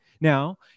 Now